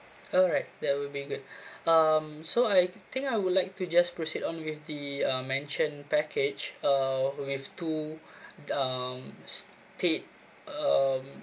alright that would be good um so I think I would like to just proceed on with the um mentioned package uh with two um state um